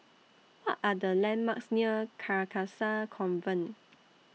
What Are The landmarks near Carcasa Convent